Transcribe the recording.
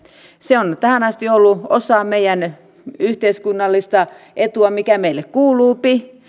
se on tähän asti ollut osa meidän yhteiskunnallista etuamme mikä meille kuuluu